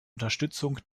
unterstützung